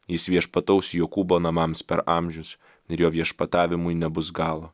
jis viešpataus jokūbo namams per amžius ir jo viešpatavimui nebus galo